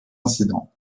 incidents